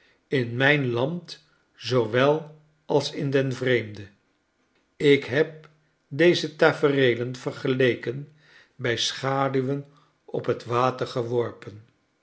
in mijn land zoowel als in den vreemde ik heb deze tafereelen vergeleken bij schaduwen op het water geworpen